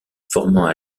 formant